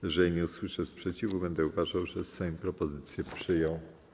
Jeżeli nie usłyszę sprzeciwu, będę uważał, że Sejm propozycję przyjął.